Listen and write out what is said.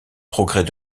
progrès